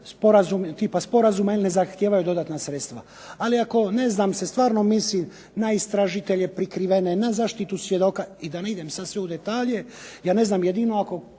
sporazuma ne zahtijevaju dodatna sredstva, ali ako ne znam, se stvarno misli na istražitelje prikrivene i na zaštitu svjedoka, da ne idem sada u detalje, ja ne znam jedino ako